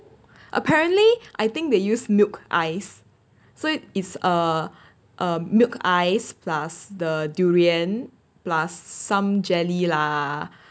apparently I think they use milk ice so is a a milk ice plus the durian plus some jelly lah